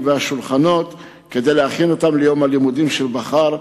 והשולחנות כדי להכין אותם ליום הלימודים של מחרת.